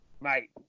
mate